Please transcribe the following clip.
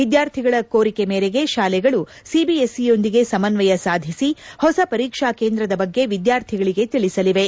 ವಿದ್ಯಾರ್ಥಿಗಳ ಕೋರಿಕೆ ಮೇರಿಗೆ ಶಾಲೆಗಳು ಸಿಬಿಎಸ್ ಇಯೊಂದಿಗೆ ಸಮನ್ವಯ ಸಾಧಿಸಿ ಹೊಸ ಪರೀಕ್ಷಾ ಕೇಂದ್ರದ ಬಗ್ಗೆ ವಿದ್ಯಾರ್ಥಿಗಳಿಗೆ ತಿಳಿಸಲಿವೆ